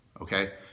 okay